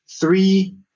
three